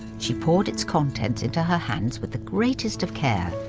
she poured its contents into her hands with the greatest of care,